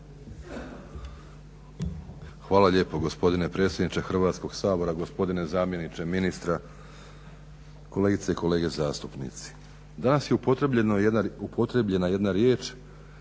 Hvala lijepo gospodine predsjedniče Hrvatskog sabora, gospodine zamjeniče ministra, kolegice i kolege zastupnici. Danas je upotrijebljena jedna riječ